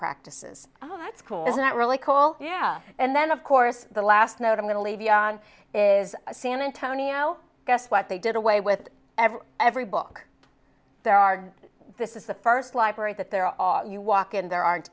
practices oh that's cool isn't it really cool yeah and then of course the last note i'm going to leave you on is san antonio guess what they did away with every every book there are this is the first library that there are you walk and there aren't